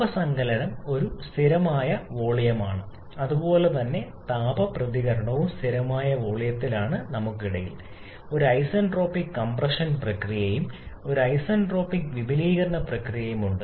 താപ സങ്കലനം ഒരു സ്ഥിരമായ വോളിയമാണ് അതുപോലെ തന്നെ താപ പ്രതികരണവും സ്ഥിരമായ വോളിയത്തിലാണ് നമുക്കിടയിൽ ഒരു ഐസന്റ്രോപിക് കംപ്രഷൻ പ്രക്രിയയും ഒരു ഐസന്റ്രോപിക് വിപുലീകരണ പ്രക്രിയയും ഉണ്ട്